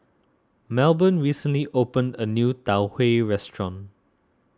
Melbourne recently opened a new Tau Huay restaurant